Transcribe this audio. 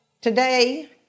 Today